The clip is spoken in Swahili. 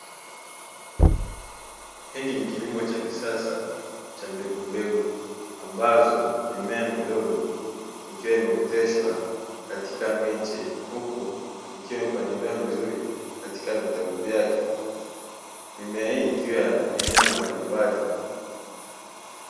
Hichi ni kilimo cha kisasa cha mbegu mbegu ambazo mimea midogo ikiwa imeoteshwa katika miche huku ikiwa imepangiliwa vizuri katika vitaru vyake, mimea hii ikiwa ni ya aina mbalimbali.